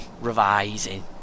revising